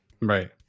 right